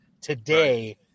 Today